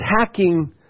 attacking